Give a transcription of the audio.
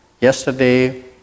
yesterday